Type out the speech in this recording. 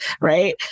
Right